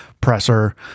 presser